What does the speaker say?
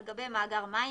על גבי מאגר מים,